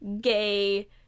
gay